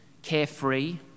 Carefree